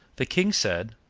the king said,